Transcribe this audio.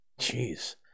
Jeez